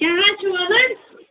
کیٛاہ حظ چھُو وَنان